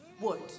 wood